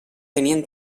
tenien